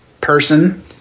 person